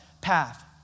path